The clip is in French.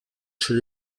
chez